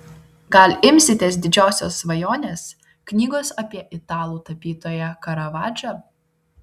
gal imsitės didžiosios svajonės knygos apie italų tapytoją karavadžą